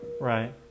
Right